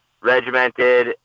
regimented